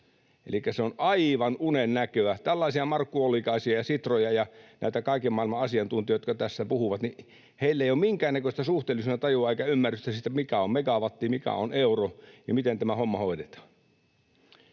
Elikkä se on aivan unennäköä. Tällaisilla markkuollikaisilla ja sitroilla ja näillä kaiken maailman asiantuntijoilla, jotka tästä puhuvat, ei ole minkäännäköistä suhteellisuudentajua eikä ymmärrystä siitä, mikä on megawatti, mikä on euro ja miten tämä homma hoidetaan.